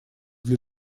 для